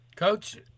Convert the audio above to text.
Coach